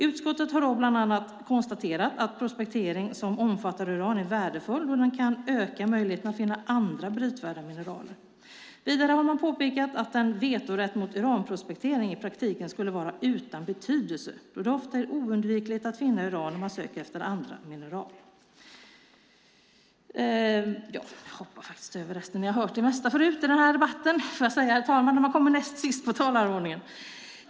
Utskottet har bland annat konstaterat att prospektering som omfattar uran är värdefull då den kan öka möjligheten att finna andra brytvärda mineraler. Vidare har man påpekat att en vetorätt mot uranprospektering i praktiken skulle vara utan betydelse då det ofta är oundvikligt att finna uran då man söker efter andra mineraler. Herr talman!